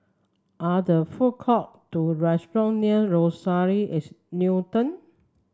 are there food court or restaurants near Rochelle at Newton